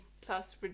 plus